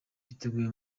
biteguye